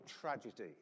tragedy